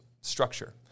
structure